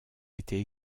été